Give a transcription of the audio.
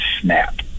snap